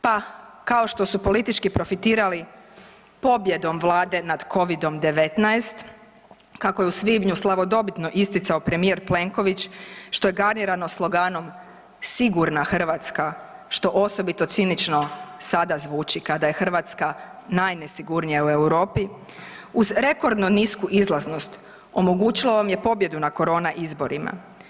Pa kao što su politički profitirali pobjedom Vlade na COVID-19 kako je u svibnju slavodobitno isticao premijer Plenković što je … sloganom „Sigurna Hrvatska“ što osobito cinično sada zvuči kada je Hrvatska najnesigurnija u Europi, uz rekordno nisku izlaznost omogućilo vam je pobjedu na korona izborima.